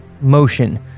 motion